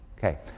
Okay